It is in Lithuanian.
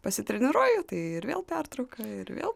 pasitreniruoju tai ir vėl pertrauka ir vėl